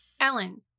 Ellen